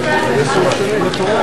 אל תזלזל.